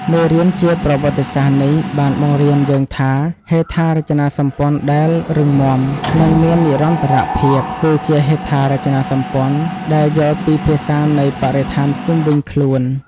មេរៀនជាប្រវត្តិសាស្ត្រនេះបានបង្រៀនយើងថា ហេដ្ឋារចនាសម្ព័ន្ធដែលរឹងមាំ និងមាននិរន្តរភាព គឺជាហេដ្ឋារចនាសម្ព័ន្ធដែលយល់ពីភាសានៃបរិស្ថានជុំវិញខ្លួន។